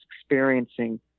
experiencing